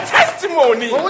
testimony